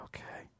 Okay